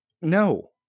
no